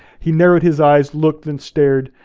he narrowed his eyes, looked and stared.